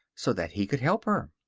so that he could help her.